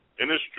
industry